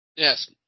Yes